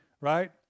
Right